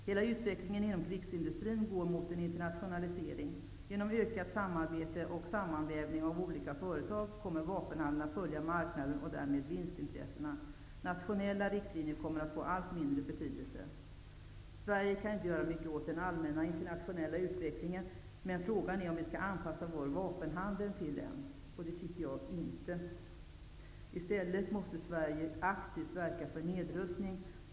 Hela utvecklingen inom krigsindustrin går mot en internationalisering. Genom ökat samarbete och sammanvävning av olika företag kommer vapenhandeln att följa marknaden och därmed vinstintressena. Nationella riktlinjer kommer att få allt mindre betydelse. Sverige kan inte göra så mycket åt den allmänna internationella utvecklingen. Men frågan är om vi skall anpassa vår vapenhandel till den. Jag tycker inte att vi skall göra det. I stället måste Sverige aktivt verka för nedrustning.